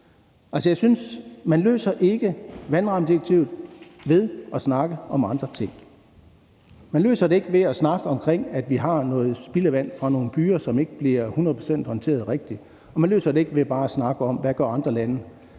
en indsats. Man løser ikke vandrammedirektivet ved at snakke om andre ting. Man løser det ikke ved at snakke om, at vi har noget spildevand fra nogle byer, som ikke bliver håndteret hundrede procent rigtigt, og man løser det ikke ved bare at snakke om, hvad andre lande